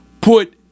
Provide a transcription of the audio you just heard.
put